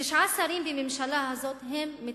תשעה שרים בממשלה הזאת הם מתנחלים,